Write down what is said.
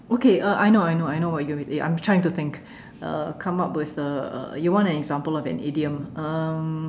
okay uh I know I know I know what you mean I'm trying to think uh come out with uh uh you want an example of an idiom um